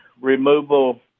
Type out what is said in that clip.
removal